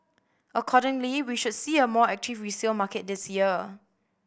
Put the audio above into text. accordingly we should see a more resale market this year